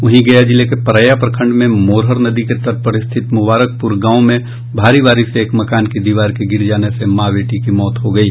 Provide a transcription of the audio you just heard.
वहीं गया जिले के परैया प्रखंड में मोरहर नदी के तट स्थित मुबारकपुर गांव में भारी बारिश से एक मकान की दीवार के गिर जाने से माँ बेटी की मौत हो गयी